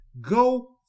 Go